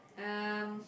um